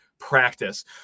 practice